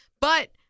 But-